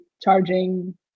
charging